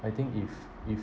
I think if if